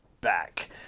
back